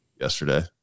yesterday